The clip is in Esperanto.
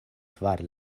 kvar